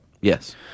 Yes